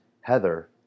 Heather